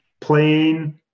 plain